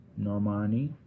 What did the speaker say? Normani